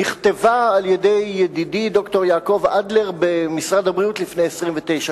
נכתבה על-ידי ידידי ד"ר יעקב אדלר במשרד הבריאות לפני 29 שנה.